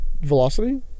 velocity